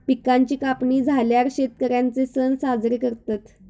पिकांची कापणी झाल्यार शेतकर्यांचे सण साजरे करतत